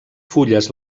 fulles